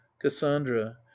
cassandra